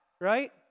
right